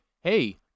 hey